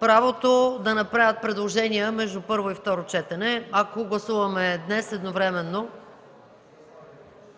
правото да направят предложение между първо и второ четене, ако гласуваме днес едновременно